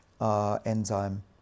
enzyme